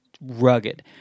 rugged